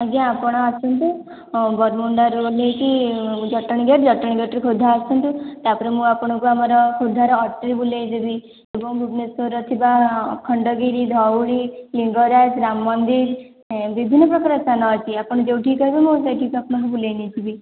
ଆଜ୍ଞା ଆପଣ ଆସନ୍ତୁ ହଁ ବରମୁଣ୍ଡାରୁ ଓହ୍ଲେଇକି ଜଟଣୀ ଗେଟ୍ ଜଟଣୀ ଗେଟରୁ ଖୋର୍ଦ୍ଧା ଆସନ୍ତୁ ତାପରେ ମୁଁ ଆପଣଙ୍କୁ ଆମର ଖୋର୍ଦ୍ଧାର ଅଟ୍ରି ବୁଲେଇଦେବି ଏବଂ ଭୁବନେଶ୍ୱରରେ ଥିବା ଖଣ୍ଡଗିରି ଧଉଳି ଲିଙ୍ଗରାଜ ରାମ ମନ୍ଦିର ବିଭିନ୍ନ ପ୍ରକାର ସ୍ଥାନ ଅଛି ଆପଣ ଯେଉଁଠିକି କହିବେ ମୁଁ ସେଇଠିକି ଆପଣଙ୍କୁ ବୁଲେଇ ନେଇଯିବି